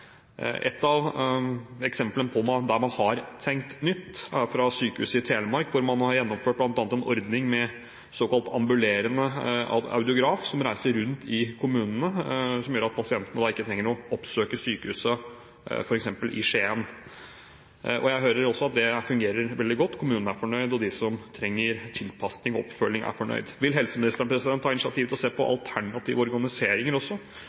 Et av eksemplene på et sted man har tenkt nytt, er Sykehuset Telemark, hvor man har gjennomført en ordning med såkalt ambulerende audiograf som reiser rundt i kommunene, og som gjør at pasientene da ikke trenger å oppsøke sykehuset, f.eks. i Skien. Og jeg hører at det fungerer veldig godt. Kommunen er fornøyd, og de som trenger tilpasning og oppfølging, er fornøyde. Vil helseministeren ta initiativ til også å se på alternative organiseringer